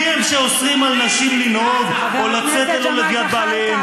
מי הם שאוסרים על נשים לנהוג או לצאת ללא לוויית בעליהן,